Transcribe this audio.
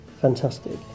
Fantastic